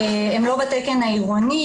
הם לא בתקן העירוני.